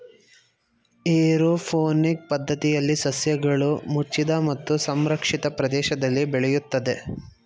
aeroponic ಪದ್ಧತಿಯಲ್ಲಿ ಸಸ್ಯಗಳು ಮುಚ್ಚಿದ ಮತ್ತು ಸಂರಕ್ಷಿತ ಪ್ರದೇಶದಲ್ಲಿ ಬೆಳೆಯುತ್ತದೆ